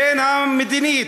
הן המדינית,